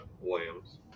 Williams